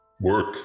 work